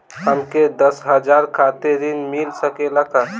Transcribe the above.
हमके दशहारा खातिर ऋण मिल सकेला का?